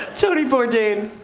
tony bourdain.